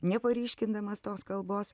neparyškindamas tos kalbos